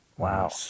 Wow